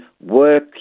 work